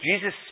Jesus